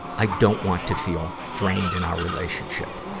i don't want to feel drained in our relationship.